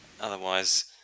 otherwise